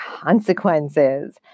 consequences